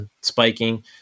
spiking